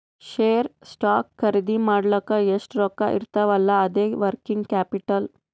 share, stock ಖರ್ದಿ ಮಾಡ್ಲಕ್ ಎಷ್ಟ ರೊಕ್ಕಾ ಇರ್ತಾವ್ ಅಲ್ಲಾ ಅದೇ ವರ್ಕಿಂಗ್ ಕ್ಯಾಪಿಟಲ್